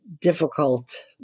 difficult